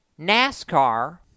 NASCAR